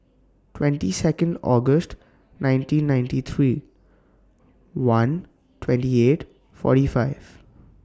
twenty Second August nineteen ninety three one twenty eight forty five